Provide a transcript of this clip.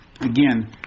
Again